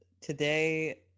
Today